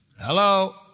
Hello